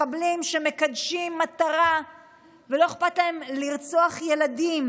מחבלים שמקדשים מטרה ולא אכפת להם לרצוח ילדים,